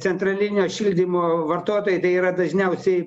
centralinio šildymo vartotojai tai yra dažniausiai